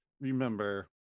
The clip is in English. remember